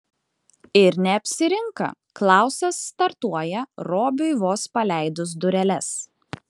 ir neapsirinka klausas startuoja robiui vos paleidus dureles